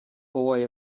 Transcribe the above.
boy